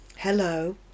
Hello